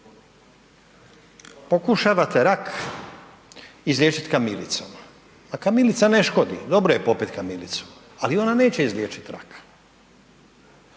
pokušavate rak izliječiti kamilicom, a kamilica ne škodi, dobro je popiti kamilicu, ali ona neće izliječiti rak,